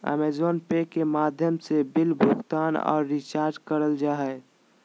अमेज़ोने pay के माध्यम से बिल भुगतान आर रिचार्ज करल जा हय